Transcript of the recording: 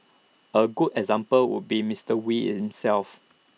A good example would be Mister wee himself